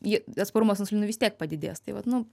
jie atsparumas insulinui vis tiek padidės tai vat nu